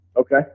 Okay